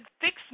fix